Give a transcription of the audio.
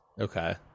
Okay